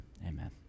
Amen